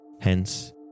Hence